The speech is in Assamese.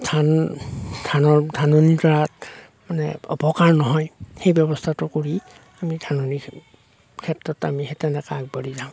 ধান ধানৰ ধাননি ডৰাত মানে অপকাৰ নহয় সেই ব্যৱস্থাটো কৰি আমি ধাননিত ক্ষেত্ৰত আমি সেই তেনেকে আগবাঢ়ি যাওঁ